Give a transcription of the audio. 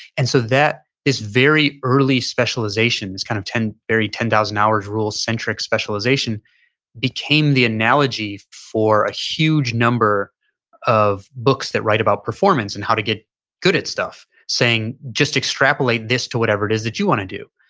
and so that is very early specialization. it's kind of very ten thousand hours rule centric specialization became the analogy for a huge number of books that write about performance and how to get good at stuff saying just extrapolate this to whatever it is that you want to do.